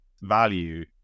value